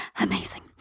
Amazing